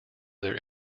their